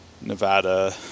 Nevada